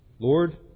Lord